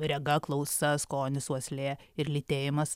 rega klausa skonis uoslė ir lytėjimas